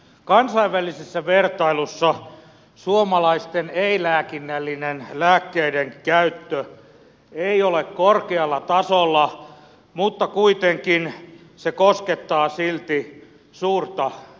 kansainvälisessä vertailussa suomalaisten ei lääkinnällinen lääkkeiden käyttö ei ole korkealla tasolla mutta kuitenkin se koskettaa silti suurta joukkoa